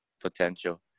potential